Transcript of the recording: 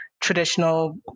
traditional